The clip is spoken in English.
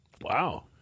Wow